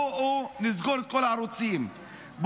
בואו נסגור כל הערוצים,